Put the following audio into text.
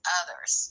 others